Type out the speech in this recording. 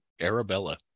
Arabella